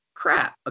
crap